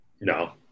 No